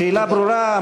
השאלה ברורה.